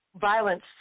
violence